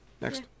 next